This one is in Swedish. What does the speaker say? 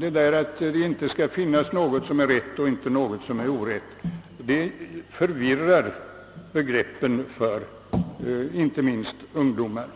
Det därav följande förhållandet att det numera inte skulle finnas något som är rätt och som är orätt förvirrar begreppen inte minst för ungdomen.